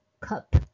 cup